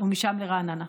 ומשם לרעננה.